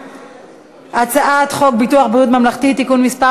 את הצעת חוק ביטוח בריאות ממלכתי (תיקון מס'